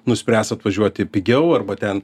nuspręs atvažiuoti pigiau arba ten